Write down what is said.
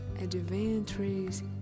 adventures